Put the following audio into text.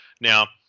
Now